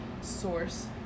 source